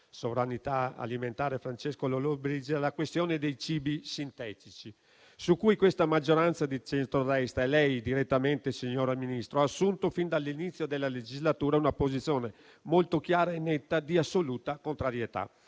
sovranità alimentare Francesco Lollobrigida la questione dei cibi sintetici, su cui questa maggioranza di centrodestra, e lei direttamente, signor Ministro, avete assunto fin dall'inizio della legislatura una posizione molto chiara e netta di assoluta contrarietà.